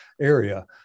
area